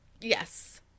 Yes